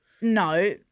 no